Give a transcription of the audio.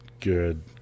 good